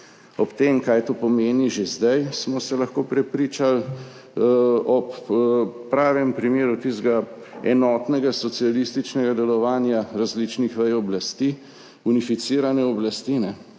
O tem, kaj to pomeni že zdaj, smo se lahko prepričali ob pravem primeru tistega enotnega socialističnega delovanja različnih vej oblasti, unificirane oblasti,